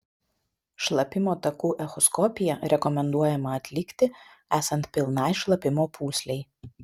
šlapimo takų echoskopiją rekomenduojama atlikti esant pilnai šlapimo pūslei